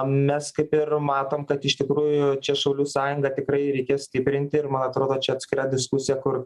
mes kaip ir matom kad iš tikrųjų čia šaulių sąjungą tikrai reikės stiprinti ir man atrodo čia atskira diskusija kur